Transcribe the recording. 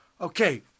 Okay